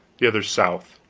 the other south,